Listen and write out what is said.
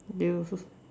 they also